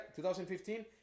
2015